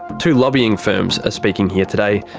two lobbying firms are speaking here today,